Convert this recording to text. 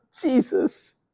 Jesus